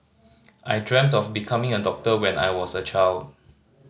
I dreamt of becoming a doctor when I was a child